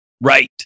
right